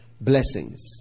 blessings